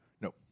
No